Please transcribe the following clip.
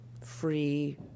free